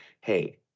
hey